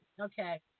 Okay